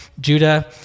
Judah